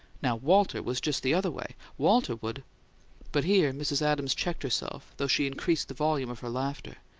now, walter was just the other way. walter would but here mrs. adams checked herself, though she increased the volume of her laughter.